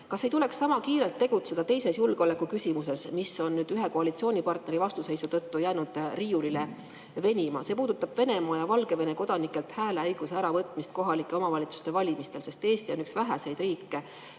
kas ei tuleks sama kiirelt tegutseda teises julgeolekuküsimuses, mis on ühe koalitsioonipartneri vastuseisu tõttu jäänud riiulile venima. See puudutab Venemaa ja Valgevene kodanikelt hääleõiguse äravõtmist kohalike omavalitsuste valimistel. Eesti on Euroopa Liidus üks väheseid riike,